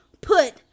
put